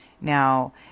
Now